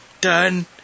Done